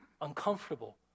uncomfortable